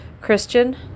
Christian